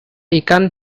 ikan